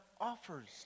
offers